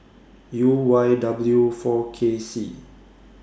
U Y W four K C